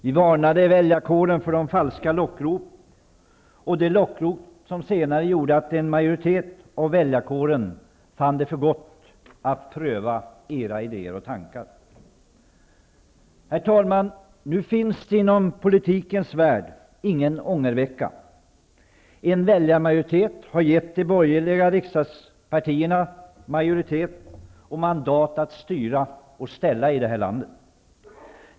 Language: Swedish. Vi varnade väljarkåren för de falska lockrop som utsändes, de lockrop som senare gjorde att en majoritet av väljarkåren fann för gott att pröva era idéer och tankar. Herr talman! Nu finns inom politikens värld ingen ångervecka. En väljarmajoritet har gett de borgerliga riksdagspartierna majoritet och mandat att styra och ställa i det här landet.